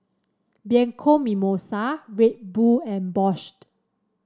Bianco Mimosa Red Bull and Bosch